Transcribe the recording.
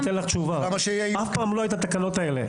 התשובה היא שאף פעם לא היו התקנות האלה,